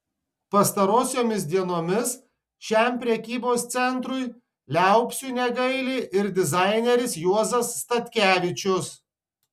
pastarosiomis dienomis šiam prekybos centrui liaupsių negaili ir dizaineris juozas statkevičius